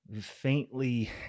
faintly